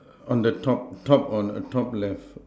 on the top top on a top left